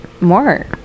more